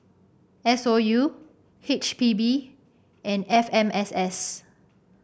S O U H P B and F M S S